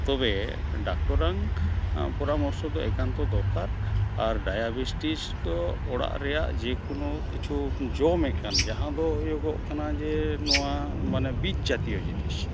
ᱛᱚᱵᱮ ᱰᱟᱠᱛᱚᱨᱟᱝ ᱯᱚᱨᱟᱢᱚᱨᱥᱚᱫᱚ ᱮᱠᱟᱱᱛᱚ ᱫᱚᱨᱠᱟᱨ ᱟᱨ ᱰᱟᱭᱟᱵᱮᱴᱤᱥ ᱫᱚ ᱚᱲᱟᱜ ᱨᱮᱭᱟᱜ ᱡᱮᱠᱳᱱᱳ ᱠᱤᱪᱷᱩᱢ ᱡᱚᱢᱮᱫᱠᱟᱱ ᱡᱟᱦᱟᱸᱫᱚ ᱦᱩᱭᱩᱜᱚᱜ ᱠᱟᱱᱟ ᱡᱮ ᱱᱚᱣᱟ ᱢᱟᱱᱮ ᱵᱤᱡᱽ ᱡᱟᱛᱤᱭᱚ ᱡᱤᱱᱤᱥ